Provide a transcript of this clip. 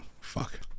fuck